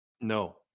no